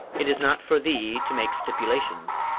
it is not for thee to make stipulations.